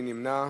מי נמנע?